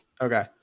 Okay